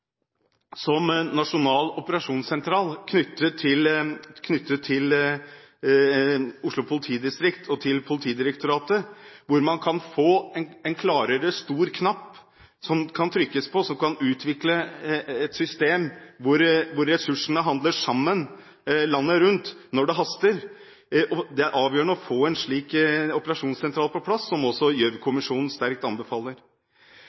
som nasjonal operasjonssentral knyttet til Oslo politidistrikt og Politidirektoratet, hvor man får en klarere bruk av stor knapp som kan trykkes på, og hvor man kan utvikle et system hvor ressursene kan samhandles landet rundt når det haster. Det er avgjørende å få en slik operasjonssentral på plass, som også Gjørv-kommisjonen sterkt anbefaler.